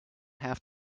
have